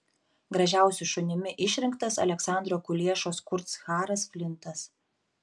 gražiausiu šunimi išrinktas aleksandro kuliešos kurtsharas flintas